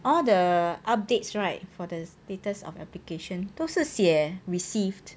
all the updates right for the status of application 都是写 received